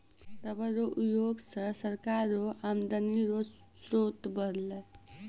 rubber रो उयोग से सरकार रो आमदनी रो स्रोत बरलै